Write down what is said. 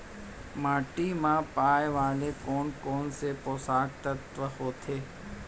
माटी मा पाए वाले कोन कोन से पोसक तत्व होथे?